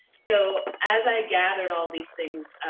so as i gathered all these things.